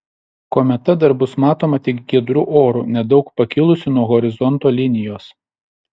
kometa dar bus matoma tik giedru oru nedaug pakilusi nuo horizonto linijos